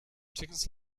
chickens